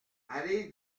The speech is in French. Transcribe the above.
allée